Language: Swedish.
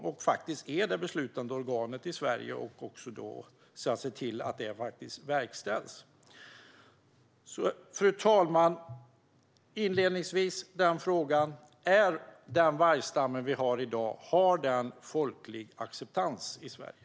Riksdagen är faktiskt det beslutande organet i Sverige - är ministern beredd att se till att detta verkställs? Fru talman! Jag återvänder till den fråga jag ställde till ministern inledningsvis: Har den vargstam som vi har i dag folklig acceptans i Sverige?